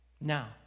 Now